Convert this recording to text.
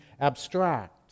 abstract